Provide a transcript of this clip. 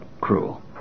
cruel